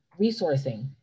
resourcing